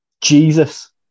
Jesus